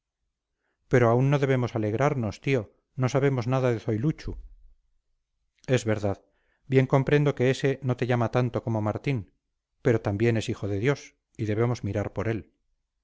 pero aún no debemos alegrarnos tío no sabemos nada de zoiluchu es verdad bien comprendo que ese no te llama tanto como martín pero también es hijo de dios y debemos mirar por él